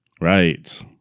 Right